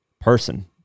person